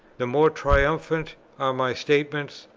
the more triumphant are my statements,